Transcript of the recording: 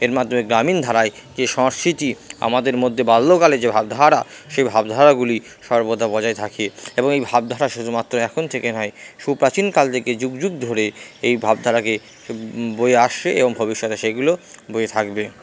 এর মাধ্যমে গ্রামীণ ধারায় যে সংস্কৃতি আমাদের মদ্যে বাল্যকালে যে ভাবধারা সেই ভাবধারাগুলি সর্বদা বজায় থাকে এবং এই ভাবধারা শুধুমাত্র এখন থেকে নয় সুপ্রাচীন কাল থেকে যুগ যুগ ধরে এই ভাবধারাকে বয়ে আসছে এবং ভবিষ্যতে সেইগুলো বয়ে থাকবে